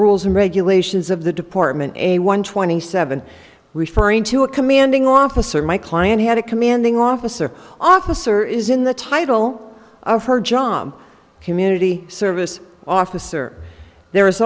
rules and regulations of the department a one twenty seven referring to a commanding officer my client had a commanding officer officer is in the title of her job community service officer there